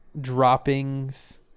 droppings